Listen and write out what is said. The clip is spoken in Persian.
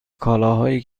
کالاهایی